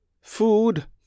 Food